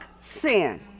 sin